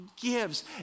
gives